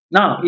Now